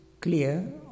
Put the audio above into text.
clear